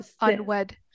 unwed